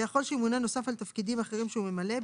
ויכול שימונה נוסף על תפקידים אחרים שהוא ממלא,